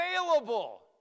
available